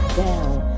down